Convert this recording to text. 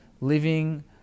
living